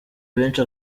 benshi